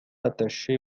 attaché